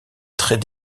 très